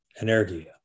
energy